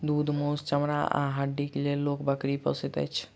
दूध, मौस, चमड़ा आ हड्डीक लेल लोक बकरी पोसैत अछि